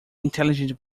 intelligent